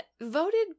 voted